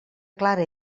clara